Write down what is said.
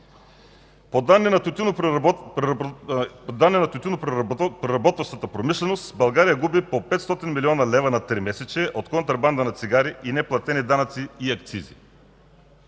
По данни на тютюнопреработващата промишленост България губи по 500 млн. лв. на тримесечие от контрабанда на цигари и неплатени данъци и акцизи.